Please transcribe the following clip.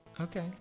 Okay